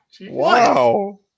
Wow